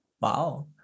Wow